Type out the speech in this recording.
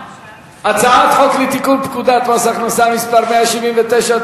הצעת חוק לתיקון פקודת מס הכנסה (מס' 179),